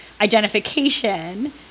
identification